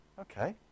Okay